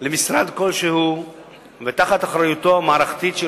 למשרד כלשהו ותחת אחריותו המערכתית של